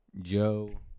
Joe